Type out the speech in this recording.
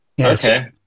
Okay